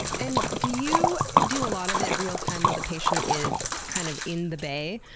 and do you do a lot of it real-time while the patient is kind of in the bay